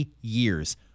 years